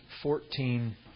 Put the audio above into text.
fourteen